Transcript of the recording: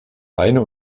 beine